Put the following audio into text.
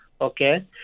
okay